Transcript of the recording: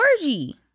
orgy